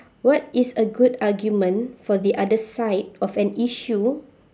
what is a good argument for the other side of an issue